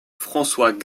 françois